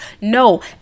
No